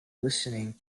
listening